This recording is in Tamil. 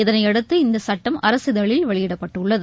இதனை அடுத்து இந்த சட்டம் அரசிதழில் வெளியிடப்பட்டுள்ளது